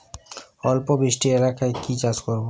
অল্প বৃষ্টি এলাকায় কি চাষ করব?